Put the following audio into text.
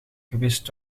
gewist